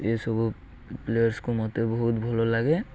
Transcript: ଏସବୁ ପ୍ଲେୟର୍ସକୁ ମୋତେ ବହୁତ ଭଲ ଲାଗେ